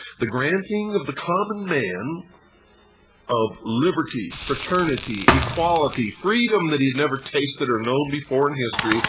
the granting of the common man of liberty, fraternity, equality, freedom that he had never tasted or known before in history,